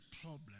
problem